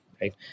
right